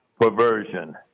perversion